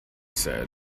said